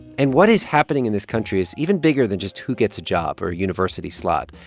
and what is happening in this country is even bigger than just who gets a job or a university slot.